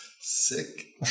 Sick